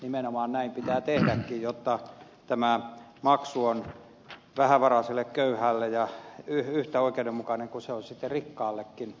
nimenomaan näin pitää tehdäkin jotta tämä maksu on vähävaraiselle köyhälle yhtä oikeudenmukainen kuin se on sitten rikkaallekin